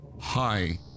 Hi